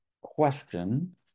question